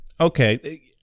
okay